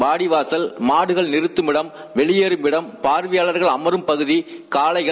வாடிவாசல் மாடுகள் நிறுத்தமிடம் வெளியேறம் இடம் பார்வையாளர்கள் அமரும் பகுதி காளைகள்